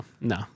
no